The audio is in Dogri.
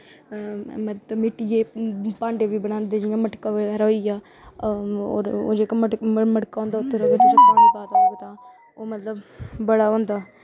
मिट्टिये दे भांडे बगैरा बी बनांदे जि'यां मटके बगैरा होई गे होर जेह्ड़ा मटका होंदा ओह् मतलब बड़ा ओह् होंदा